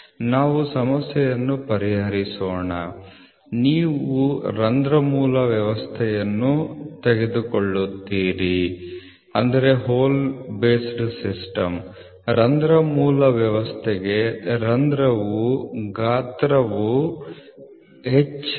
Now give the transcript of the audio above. ನಾವು ಸಮಸ್ಯೆಯನ್ನು ಪರಿಹರಿಸೋಣ ನೀವು ರಂಧ್ರ ಮೂಲ ವ್ಯವಸ್ಥೆಯನ್ನು ತೆಗೆದುಕೊಳ್ಳುತ್ತೀರಿ ರಂಧ್ರದ ಮೂಲ ವ್ಯವಸ್ಥೆಗೆ ರಂಧ್ರದ ಗಾತ್ರವು H